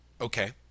Okay